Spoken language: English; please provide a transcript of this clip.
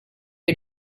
you